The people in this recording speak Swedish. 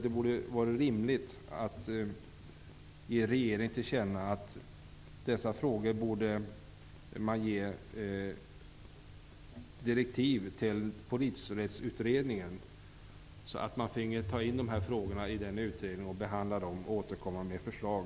Det vore rimligt att ge regeringen till känna att Polisrättsutredningen bör ges direktiv att ta upp frågorna till behandling och därefter återkomma med förslag.